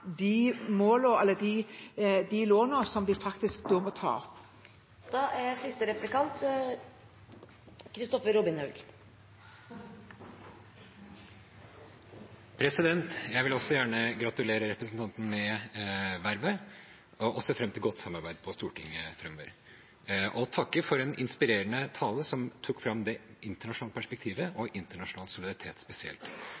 de lånene de faktisk da må ta opp. Jeg vil også gjerne gratulere representanten med vervet og ser fram til godt samarbeid på Stortinget framover. Jeg vil takke for en inspirerende tale som tok fram det internasjonale perspektivet